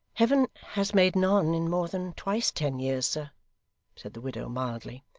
heaven has made none in more than twice ten years, sir said the widow mildly.